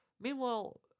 Meanwhile